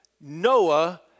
Noah